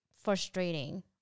frustrating